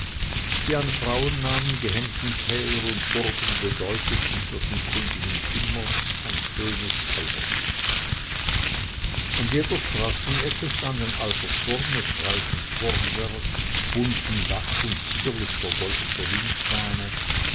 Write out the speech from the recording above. die an frauennamen gehängten täler und burgen bedeuteten für den kundigen immer ein schönes weibergut an jeder straßenecke stand ein alter turm mit reichem uhrwerk buntem dach und zierlich vergoldeter